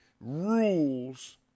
rules